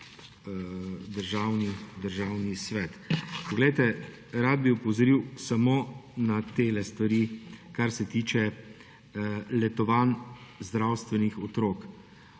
Državni svet. Rad bi opozoril samo na te stvari, kar se tiče zdravstvenih